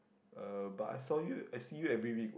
uh but I saw you I see you every week